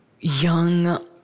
young